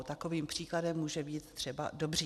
Takovým příkladem může být třeba Dobříš.